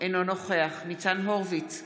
אינו נוכח ניצן הורוביץ,